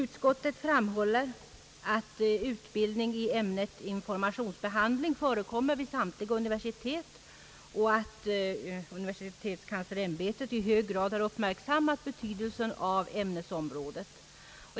Utskottet framhåller att utbildning i ämnet informationsbehandling förekommer vid samtliga universitet och att universitetskanslersämbetet i hög grad uppmärksammat betydelsen av ämnesområdet.